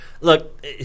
Look